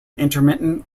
intermittent